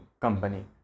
company